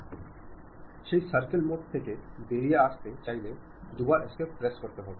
আমি সেই circle mode থেকে বেরিয়ে আসতে চাইলে দুবার এস্কেপ প্রেস করবো